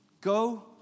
Go